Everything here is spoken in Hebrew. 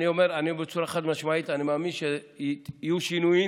אני אומר בצורה חד-משמעית: אני מאמין שיהיו שינויים.